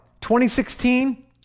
2016